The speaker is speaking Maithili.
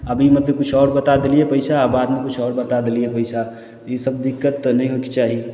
अभी मतलब किछु आओर बता देलियै पइसा बादमे किछु आओर बता देलियै पइसा तऽ ई सभ दिक्कत तऽ नहि होइके चाही